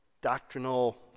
doctrinal